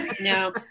no